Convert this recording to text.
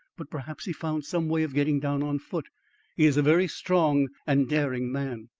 but perhaps he found some way of getting down on foot. he is a very strong and daring man.